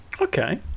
okay